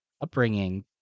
upbringing